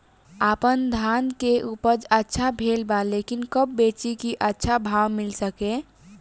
आपनधान के उपज अच्छा भेल बा लेकिन कब बेची कि अच्छा भाव मिल सके?